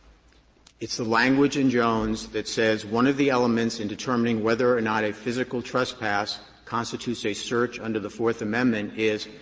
it's the language in jones that says one of the elements in determining whether or not a physical trespass constitutes a search under the fourth amendment is,